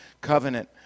covenant